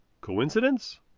Coincidence